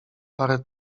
parę